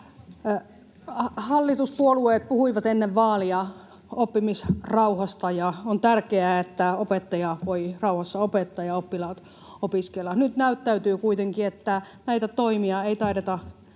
Hallituspuolueet puhuivat ennen vaaleja oppimisrauhasta. On tärkeää, että opettaja voi rauhassa opettaa ja oppilaat opiskella. Nyt näyttäytyy kuitenkin, että näitä toimia ei taideta